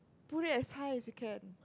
pull it as high as you can